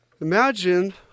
imagine